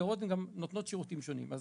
המסגרות גם נותנות שירותים שונים.